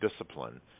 discipline